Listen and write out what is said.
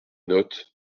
nôtes